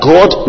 God